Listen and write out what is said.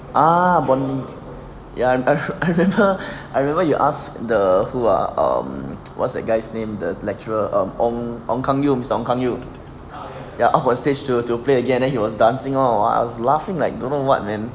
ah born ya ya I remember I remember you ask the who ah um what's that guy's name the lecturer ah ong ong keng yong mister ong kang yew song can you there are ah ya up on stage to to play again then he was dancing all I was laughing like don't know what man